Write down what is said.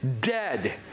dead